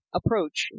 approach